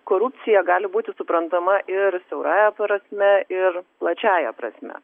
korupcija gali būti suprantama ir siaurąja prasme ir plačiąja prasme